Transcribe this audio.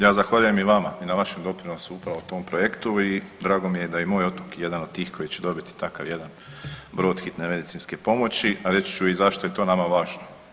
Ja zahvaljujem i vama i na vašem doprinosu upravo tom projektu i drago mi je da je i moj otok jedan od tih koji će dobiti takav jedan brod Hitne medicinske pomoći, a reći ću i zašto je to nama važno.